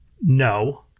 No